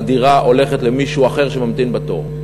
הדירה הולכת למישהו אחר שממתין בתור.